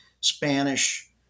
Spanish